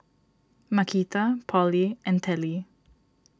Markita Polly and Telly